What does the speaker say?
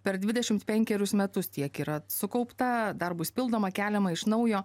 per dvidešimt penkerius metus tiek yra sukaupta dar bus pildoma keliama iš naujo